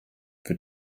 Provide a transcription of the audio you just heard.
wir